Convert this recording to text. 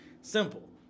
Simple